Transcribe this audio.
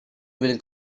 will